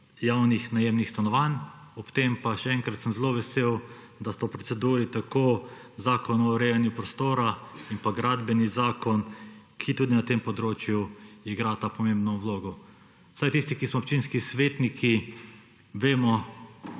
javnih najemnih stanovanj. Ob tem pa še enkrat: sem zelo vesel, da sta v proceduri tako Zakon o urejanju prostora in pa Gradbeni zakon, ki tudi na tem področju igrata pomembno vlogo. Vsaj tisti, ki smo občinski svetniki, vemo,